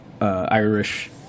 Irish